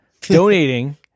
donating